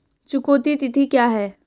चुकौती तिथि क्या है?